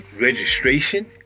registration